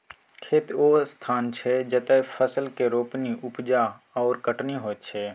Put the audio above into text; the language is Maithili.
खेत ओ स्थान छै जतय फसल केर रोपणी, उपजा आओर कटनी होइत छै